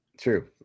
True